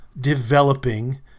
developing